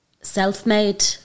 self-made